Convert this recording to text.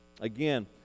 again